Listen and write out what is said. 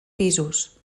pisos